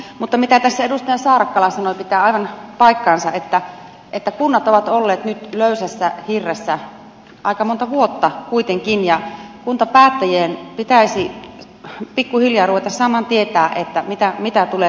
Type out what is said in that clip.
mutta mitä tässä edustaja saarakkala sanoi pitää aivan paikkansa että kunnat ovat olleet nyt löysässä hirressä aika monta vuotta kuitenkin ja kuntapäättäjien pitäisi pikkuhiljaa ruveta saamaan tietää mitä tulee tapahtumaan